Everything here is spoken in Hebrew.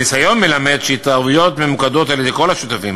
הניסיון מלמד שהתערבויות ממוקדות על-ידי כל השותפים,